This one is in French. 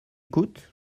coûte